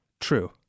True